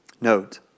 Note